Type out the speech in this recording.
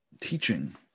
Teaching